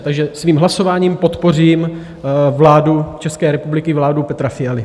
Takže svým hlasováním podpořím vládu České republiky, vládu Petra Fialy.